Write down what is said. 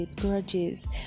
grudges